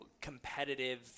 competitive